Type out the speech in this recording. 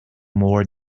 more